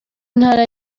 ntara